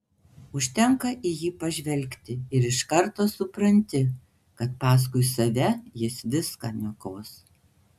užtenka į jį pažvelgti ir iš karto supranti kad paskui save jis viską niokos